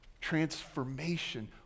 Transformation